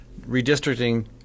redistricting